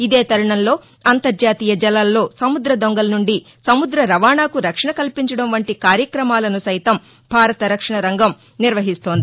ఇదే తరుణంలో అంతర్జాతీయ జలాల్లో సముద్ర దొంగల సుండి సముద్ర రవాణాకు రక్షణ కల్పించడం వంటి కార్యక్రమాలను సైతం భారత రక్షణరంగం నిర్వహిస్తోంది